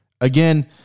Again